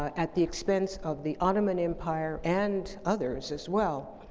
at the expense of the ottoman empire and others, as well.